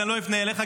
אני לא אפנה אליך,